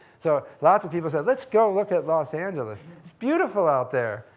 so lots of people said let's go look at los angeles. it's beautiful out there,